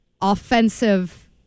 offensive